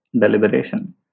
deliberation